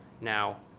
Now